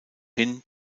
hin